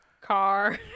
Car